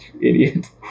Idiot